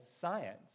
science